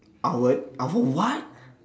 outward outward what